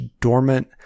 dormant